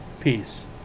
Peace